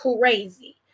crazy